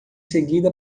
seguida